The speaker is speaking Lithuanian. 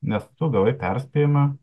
nes tu gavai perspėjimą